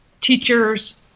teachers